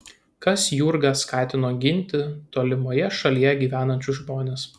kas jurgą skatino ginti tolimoje šalyje gyvenančius žmones